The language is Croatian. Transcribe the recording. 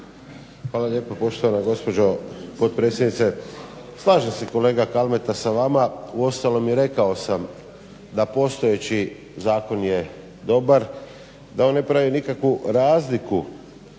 Hvala lijepo poštovana gospođo potpredsjednice. Slažem se kolega Kalmeta sa vama, uostalom i rekao sam da postojeći zakon je dobar, da on ne pravi nikakvu razliku